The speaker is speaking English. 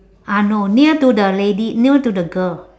ah no near to the lady near to the girl